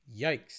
Yikes